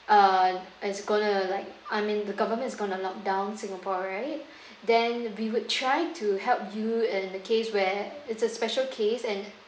uh it's going to like I mean the government is going to lock down singapore right then we would try to help you in the case where it's a special case and